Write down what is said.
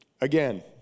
Again